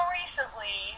recently